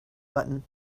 button